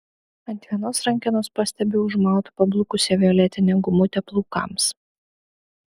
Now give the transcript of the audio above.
ant vienos rankenos pastebiu užmautą pablukusią violetinę gumutę plaukams